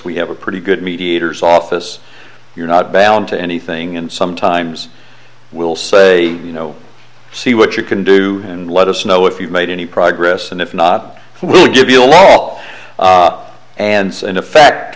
we have a pretty good mediators office you're not bound to anything and sometimes we'll say you know see what you can do and let us know if you've made any progress and if not we'll give you a law and in effect